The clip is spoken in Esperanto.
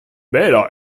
bela